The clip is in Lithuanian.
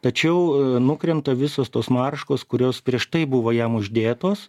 tačiau nukrenta visos tos marškos kurios prieš tai buvo jam uždėtos